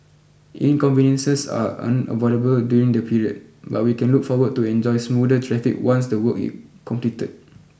inconveniences are unavoidable during the period but we can look forward to enjoy smoother traffic once the work is completed